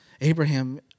Abraham